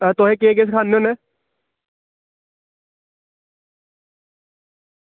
हां तुसें केह् केह् सखाने होन्ने